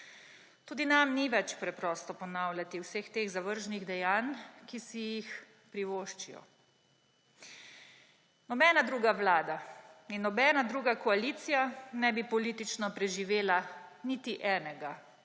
Tudi nam ni več preprosto ponavljati vseh teh zavržnih dejanj, ki si jih privoščijo. Nobena druga vlada in nobena druga koalicija ne bi politično preživela niti enega